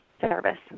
service